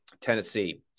Tennessee